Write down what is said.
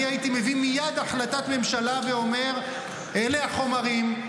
אני הייתי מביא מייד החלטת ממשלה ואומר: אלה החומרים,